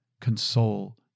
console